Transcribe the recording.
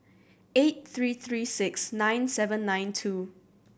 eight three three six nine seven nine two